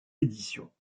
éditions